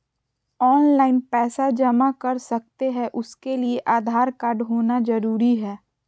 Online पैसा जमा कर सकते हैं उसके लिए आधार कार्ड होना जरूरी है?